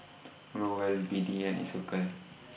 Growell B D and Isocal